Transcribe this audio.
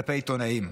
כלפי עיתונאים.